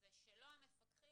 שלא המפקחים